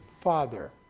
Father